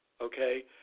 Okay